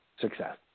success